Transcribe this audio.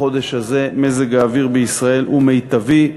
בחודש הזה מזג האוויר הוא מיטבי,